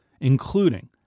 including